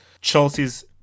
Chelsea's